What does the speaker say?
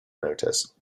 notice